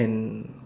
and